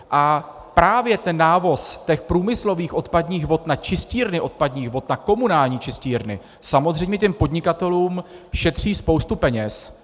A právě ten návoz průmyslových odpadních vod na čistírny odpadních vod, na komunální čistírny, samozřejmě těm podnikatelům šetří spoustu peněz.